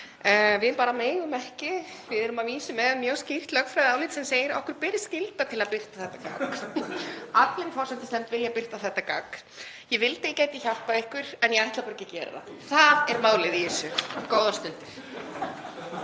Við megum bara ekki. Við erum að vísu með mjög skýrt lögfræðiálit sem segir að okkur beri skylda til að birta þetta gagn. Allir í forsætisnefnd vilja birta þetta gagn. Ég vildi að gæti hjálpað ykkur en ég ætla bara ekki að gera það. Það er málið í þessu. — Góðar stundir.